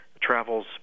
travels